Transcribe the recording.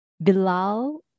Bilal